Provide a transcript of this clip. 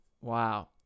wow